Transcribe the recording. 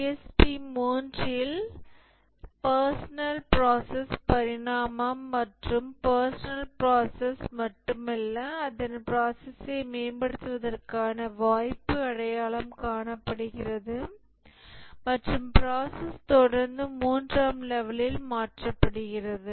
PSP 3 இல் personal process பரிணாமம் மற்றும் பர்சனல் ப்ராசஸ் மட்டுமல்ல அதன் ப்ராசஸ்ஸை மேம்படுத்துவதற்கான வாய்ப்பு அடையாளம் காணப்படுகிறது மற்றும் ப்ராசஸ் தொடர்ந்து 3 ஆம் லெவலில் மாற்றப்படுகிறது